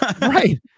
Right